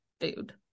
food